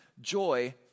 joy